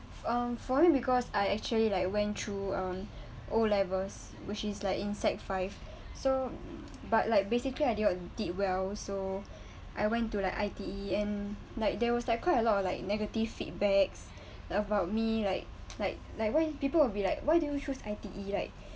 um for me because I actually like went through um O levels which is like in sec five so but like basically I did not did well so I went to like I_T_E and like there was like quite a lot of like negative feedback about me like like like why people will be like why do you choose I_T_E right